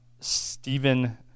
Stephen